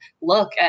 look